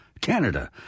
Canada